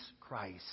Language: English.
Christ